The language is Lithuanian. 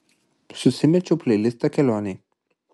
susimečiau pleilistą kelionei